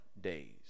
days